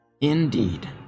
Indeed